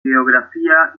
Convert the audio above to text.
geografía